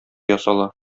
ясала